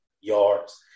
yards